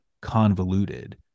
convoluted